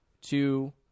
two